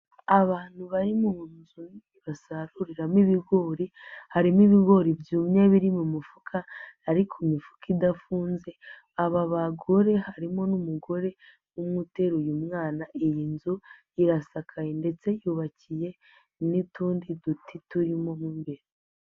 Abantu bari mu nzu basaruriramo ibigori, harimo ibigori byumye biri mu mufuka, ariko imifuka idafunze, aba bagore harimo n'umugore umwe uteruye umwana, iyi nzu irasakaye ndetse yubakiye n'utundi duti turimo mo imbere.